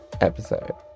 episode